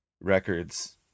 records